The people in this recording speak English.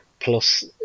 plus